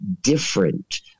different